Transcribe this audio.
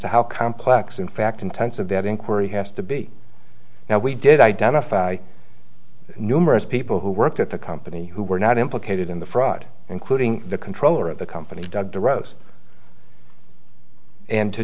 to how complex in fact intensive that inquiry has to be now we did identify numerous people who worked at the company who were not implicated in the fraud including the controller of the company doug arose and to